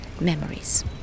memories